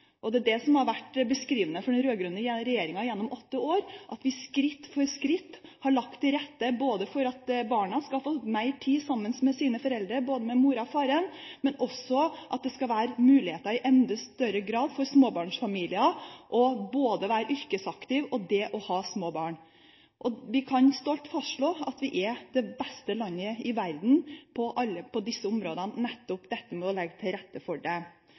Det som har vært beskrivende for den rød-grønne regjeringen gjennom åtte år, er at vi skritt for skritt har lagt til rette for at barna skal få mer tid sammen med sine foreldre – med både moren og faren – og at det i enda større grad skal være muligheter for småbarnsfamilier til både å være yrkesaktive og ha små barn. Vi kan stolt fastslå at vi er det beste landet i verden når det gjelder å legge til rette for dette. Forslaget om å